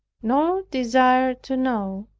nor desire to know,